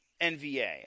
NVA